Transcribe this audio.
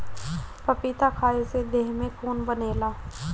पपीता खाए से देह में खून बनेला